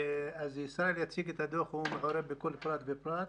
ישראל יציג את הדוח, הוא מעורה בכל פרט ופרט,